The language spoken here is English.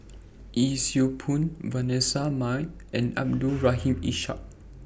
Yee Siew Pun Vanessa Mae and Abdul Rahim Ishak